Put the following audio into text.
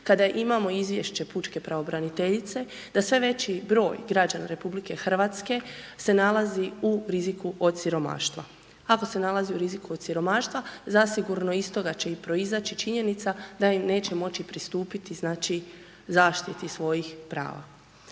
kada imamo izvješće pučke pravobraniteljice da sve veći broj građana RH se nalazi u riziku od siromaštva. Ako se nalazi u riziku od siromaštva, zasigurno iz toga će i proizaći činjenica da i neće moći pristupiti, znači, zaštiti svojih prava.